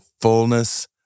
fullness